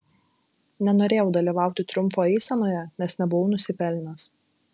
nenorėjau dalyvauti triumfo eisenoje nes nebuvau nusipelnęs